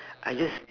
I just